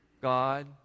God